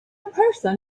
person